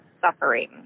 Suffering